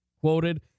quoted